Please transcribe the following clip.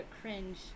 cringe